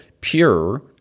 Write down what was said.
pure